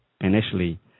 initially